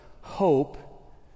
hope